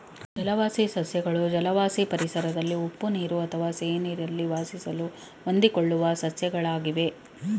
ಜಲವಾಸಿ ಸಸ್ಯಗಳು ಜಲವಾಸಿ ಪರಿಸರದಲ್ಲಿ ಉಪ್ಪು ನೀರು ಅಥವಾ ಸಿಹಿನೀರಲ್ಲಿ ವಾಸಿಸಲು ಹೊಂದಿಕೊಳ್ಳುವ ಸಸ್ಯಗಳಾಗಿವೆ